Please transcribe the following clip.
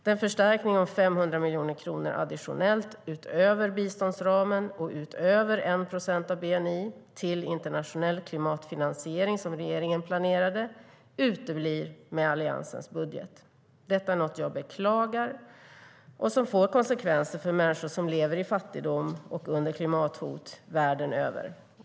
Den förstärkning om 500 miljoner kronor additionellt - utöver biståndsramen och utöver 1 procent av bni - till internationell klimatfinansiering som regeringen planerade uteblir med Alliansens budget. Detta är något jag beklagar och som får konsekvenser för människor som lever i fattigdom och under klimathot världen över.